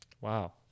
Wow